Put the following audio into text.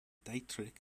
dietrich